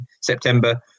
September